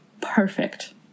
perfect